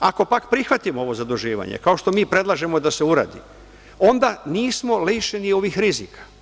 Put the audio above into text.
Ako, pak, prihvatimo ovo zaduživanje, kao što mi predlažemo da se uradi, onda nismo lišeni ovih rizika.